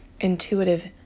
intuitive